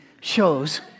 shows